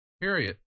Period